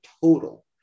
total